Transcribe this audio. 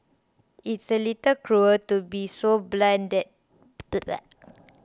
it's a little cruel to be so blunt